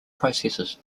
processes